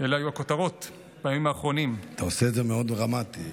'עוקבים בצער רב אחרי החזית השמינית שנפתחה לצה"ל,